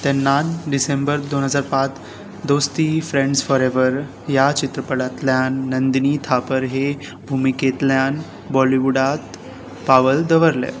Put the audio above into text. तेन्ना डिसेंबर दोन हजार पांच दोस्ती फ्रँड्स फॉरेव्हर ह्या चित्रपटांतल्यान नंदिनी थापर हे भुमिकेतल्यान बॉलिवूडांत पावल दवरलें